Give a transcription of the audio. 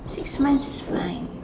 six months is fine